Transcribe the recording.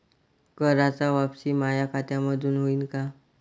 कराच वापसी माया खात्यामंधून होईन का?